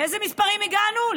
ולאיזה מספרים הגענו?